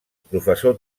professor